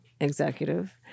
executive